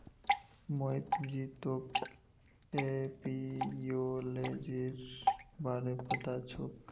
मोहित जी तोक एपियोलॉजीर बारे पता छोक